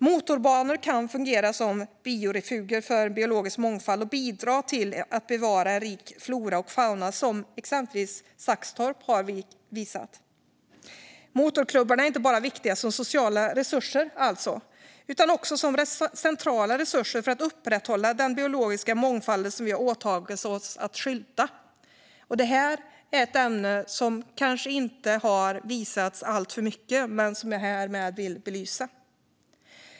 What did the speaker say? Motorbanor kan fungera som biorefuger för biologisk mångfald och bidra till att bevara en rik flora och fauna, som exempelvis Saxtorp har visat. Motorklubbarna är alltså inte bara viktiga som sociala resurser utan också som centrala resurser för att upprätthålla den biologiska mångfalden som vi har åtagit oss att skydda. Det här är ett ämne som kanske inte har synts alltför mycket men som jag härmed vill belysa.